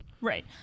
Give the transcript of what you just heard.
Right